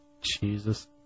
Jesus